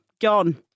Gone